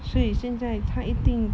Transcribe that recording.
所以现在他一定